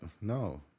No